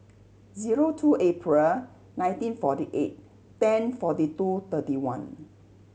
zero two April nineteen forty eight ten forty two thirty one